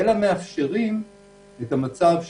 ומאפשרים את המצב,